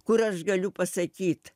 kur aš galiu pasakyt